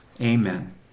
Amen